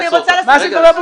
אני רוצה להספיק את הדברים,